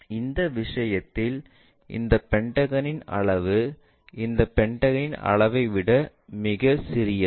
அதாவது இந்த விஷயத்தில் இந்த பென்டகனின் அளவு இந்த பென்டகனின் அளவை விட மிகவும் சிறியது